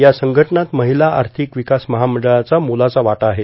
या संघटनात महिला आर्थिक विकास महामंडळाचा मोलाचा वाटा आहे